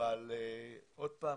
אבל עוד פעם,